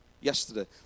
yesterday